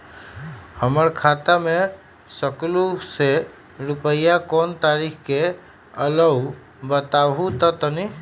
हमर खाता में सकलू से रूपया कोन तारीक के अलऊह बताहु त तनिक?